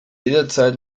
jederzeit